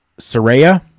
Soraya